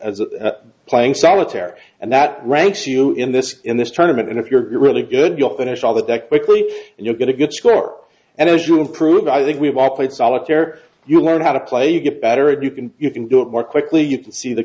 a playing solitaire and that ranks you in this in this try to mint and if you're really good you'll finish all that quickly and you get a good score and as you improve i think we've all played solitaire you learn how to play you get better and you can you can do it more quickly you can see the